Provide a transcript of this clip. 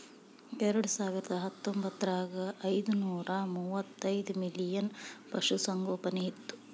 ಎರೆಡಸಾವಿರದಾ ಹತ್ತೊಂಬತ್ತರಾಗ ಐದನೂರಾ ಮೂವತ್ತೈದ ಮಿಲಿಯನ್ ಪಶುಸಂಗೋಪನೆ ಇತ್ತು